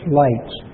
lights